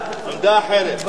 בעד זה כספים, כן?